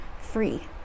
free